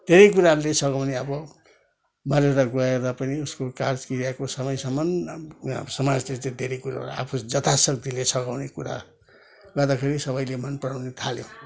धेरै कुराहरूले सघाउने अब मरेर गएर पनि उसको काज किरियाको समयसम्म राम समाजले त धेरै कुरो आफ्नो यथाशक्तिले सघाउने कुरा गर्दाखेरि सबैले मनपराउन थाल्यो